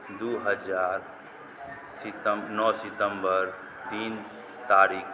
दुइ हजार नओ दिसम्बर तीन तारिखकेँ